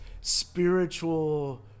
spiritual